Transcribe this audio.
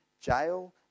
jail